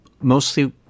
mostly